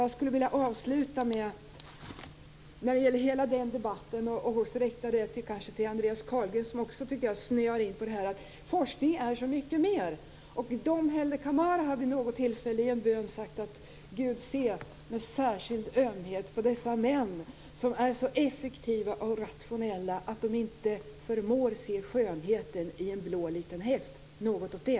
Jag skulle vilja avsluta med - och jag riktar det till Andreas Carlgren, som också snöar in på det här - att säga att forskning är så mycket mer. Dom Helder Camara har vid något tillfälle i en bön sagt: Gud se med särskild ömhet på dessa män som är så effektiva och rationella att de inte förmår se skönheten i en blå liten häst.